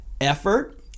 effort